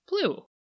blue